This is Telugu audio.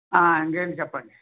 ఇంక ఏంటి చెప్పండి